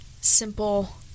simple